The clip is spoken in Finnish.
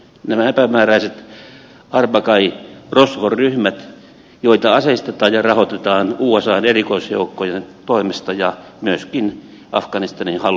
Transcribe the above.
nämä epämääräiset arbakai rosvoryhmät joita aseistetaan ja rahoitetaan usan erikoisjoukkojen toimesta ja myöskin afganistanin hallinnon kautta